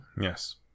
Yes